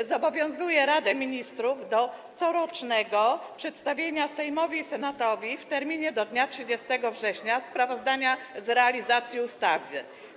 zobowiązuje Radę Ministrów do corocznego przedstawienia Sejmowi i Senatowi w terminie do dnia 30 września sprawozdania z realizacji ustawy.